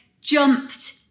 jumped